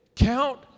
Count